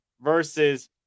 versus